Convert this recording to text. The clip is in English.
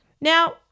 Now